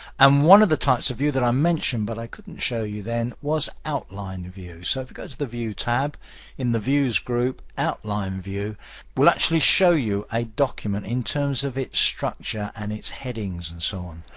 um one of the types of view that mentioned but i couldn't show you then was outline view. so if you go to the view tab in the views group, outline view will actually show you a document in terms of its structure and its headings and so on.